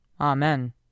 Amen